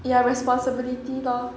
ya responsibility lor